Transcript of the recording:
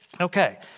Okay